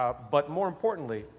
ah but, more importantly,